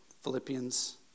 Philippians